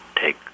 take